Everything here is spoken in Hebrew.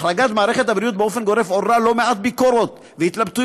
החרגת מערכת הבריאות באופן גורף עוררה לא מעט ביקורות והתלבטויות.